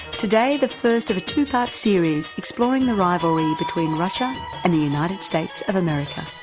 today, the first of a two-part series exploring the rivalry between russia and the united states of america.